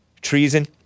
Treason